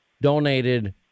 donated